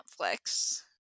Netflix